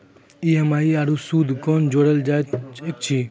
EMI आरू सूद कूना जोड़लऽ जायत ऐछि?